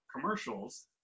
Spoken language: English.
commercials